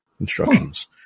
instructions